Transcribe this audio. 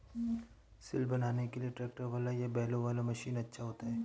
सिल बनाने के लिए ट्रैक्टर वाला या बैलों वाला मशीन अच्छा होता है?